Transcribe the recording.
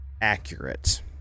accurate